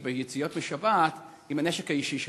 ביציאות לשבת עם הנשק האישי שלהם.